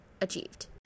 achieved